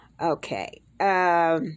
Okay